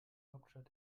hauptstadt